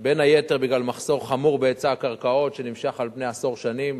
בין היתר בגלל מחסור חמור בהיצע הקרקעות שנמשך על פני עשור שנים.